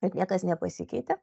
kad niekas nepasikeitė